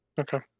okay